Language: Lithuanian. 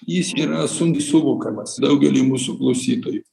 jis yra sunkiai suvokiamas daugeliui mūsų klausytojų